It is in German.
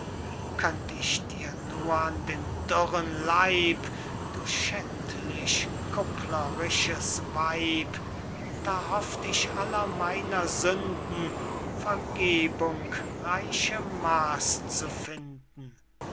könnt ich dir nur an den dürren leib du schändlich kupplerisches weib da hofft ich aller meiner sünden vergebung reiche maß zu finden